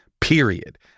period